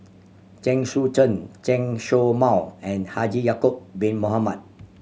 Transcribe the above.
Chen Sucheng Chen Show Mao and Haji Ya'acob Bin Mohamed